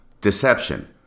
deception